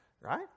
Right